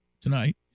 tonight